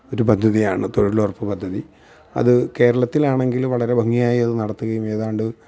ഒരു പദ്ധതിയാണ് തൊഴിലുറപ്പ് പദ്ധതി അത് കേരളത്തിലാണെങ്കിൽ വളരെ ഭംഗിയായി അത് നടത്തുകയും ഏതാണ്ട്